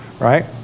right